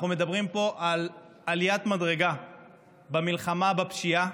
אנחנו מדברים פה על עליית מדרגה במלחמה בפשיעה,